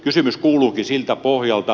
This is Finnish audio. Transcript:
kysymys kuuluukin siltä pohjalta